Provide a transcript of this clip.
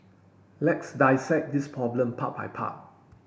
let's dissect this problem part by part